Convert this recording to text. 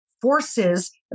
forces